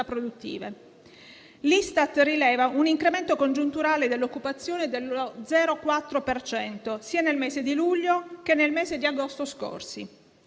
L'Istat rileva un incremento congiunturale dell'occupazione dello 0,4 per cento, sia nel mese di luglio che nel mese di agosto scorsi;